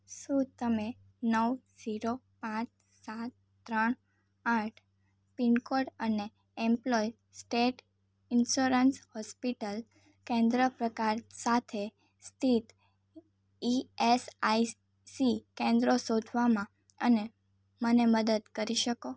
શું તમે નવ ઝીરો પાંચ સાત ત્રણ આઠ પિનકોડ અને એમ્પ્લોય સ્ટેટ ઈન્સ્યોરન્સ હોસ્પિટલ કેન્દ્ર પ્રકાર સાથે સ્થિત ઇ એસ આઇ સી કેન્દ્રો શોધવામાં અને મને મદદ કરી શકો